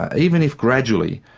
even if gradually,